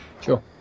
Sure